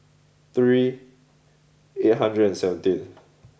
three eight hundred and seventeen